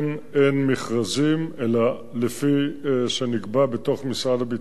אין מכרזים אלא לפי מה שנקבע בתוך משרד הביטחון.